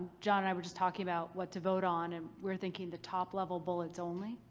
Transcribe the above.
john and i were just talking about what to vote on and we're thinking the top level bullets only.